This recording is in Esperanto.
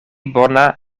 bona